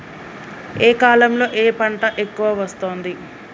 ఏ కాలంలో ఏ పంట ఎక్కువ వస్తోంది?